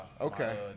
Okay